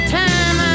time